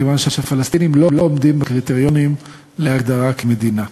מכיוון שהפלסטינים לא עומדים בקריטריונים להגדרה כמדינה.